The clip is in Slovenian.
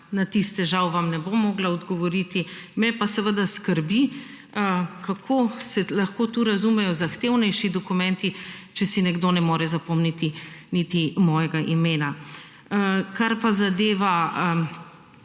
na tiste žal vam ne bom mogla odgovoriti. Me pa seveda skrbi kako se lahko tukaj razumejo zahtevnejši dokumenti, če si nekdo ne more zapolniti niti mojega imena. Kar pa zadeva